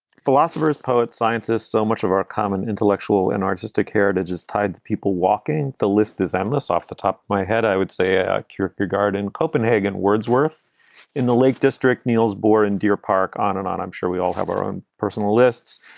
philosophers, poets, scientists. so much of our common intellectual and artistic heritage is tied to people walking. the list is endless. off the top of my head, i would say ah cure your garden. copenhagen, wordsworth in the lake district, neil's board in deer park. on and on. i'm sure we all have our own personal lists.